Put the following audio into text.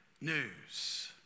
news